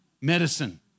medicine